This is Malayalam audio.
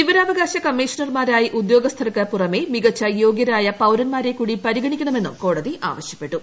വിവരാവകാശ കമ്മീഷണർമാരായി ഉദ്യോഗസ്ഥർക്ക് പുറമെ മികച്ച യോഗ്യരായ പൌരന്മാരെ കൂടി പരിഗണിക്കണമെന്നും കോടതി ആവശ്യപ്പെട്ടു